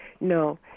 no